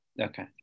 Okay